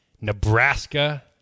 Nebraska –